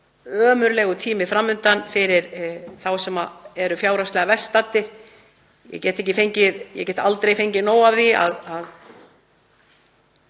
ömurlegur tími fram undan fyrir þá sem eru fjárhagslega verst staddir. Ég get aldrei fengið nóg af því að